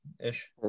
ish